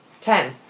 ten